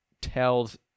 tells